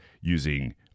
using